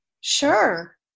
Sure